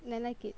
and I like it